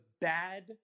bad